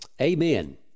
Amen